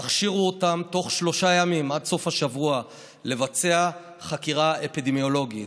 תכשירו אותם בתוך שלושה ימים עד סוף השבוע לבצע חקירה אפידמיולוגית.